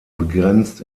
begrenzt